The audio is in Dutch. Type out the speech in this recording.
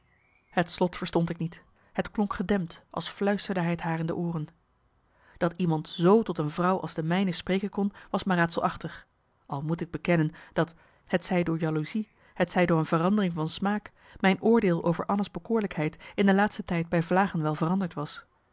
het slot verstond ik niet het klonk gedempt als fluisterde hij t haar in de ooren dat iemand z tot een vrouw als de mijne spreken kon was me raadselachtig al moet ik bekennen dat hetzij door jaloezie hetzij door een verandering van smaak mijn oordeel over anna's bekoorlijkheid in de laatste tijd bij vlagen wel veranderd was